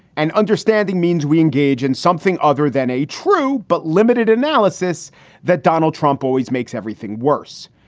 and understanding means we engage in something other than a true but limited analysis that donald trump always makes everything worse.